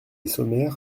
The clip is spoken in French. sommaire